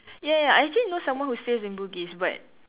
ya ya I actually know someone who stays in Bugis but